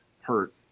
hurt